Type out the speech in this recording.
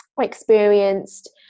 experienced